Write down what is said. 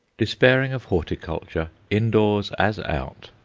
despairing of horticulture indoors as out,